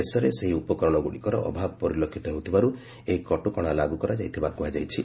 ଦେଶରେ ସେହି ଉପକରଣଗୁଡ଼ିକର ଅଭାବ ପରିଲକ୍ଷିତ ହେଉଥିବାରୁ ଏହି କଟକଣା ଲାଗୁ କରାଯାଇଥିବା କୁହାଯାଇଛି